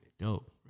dope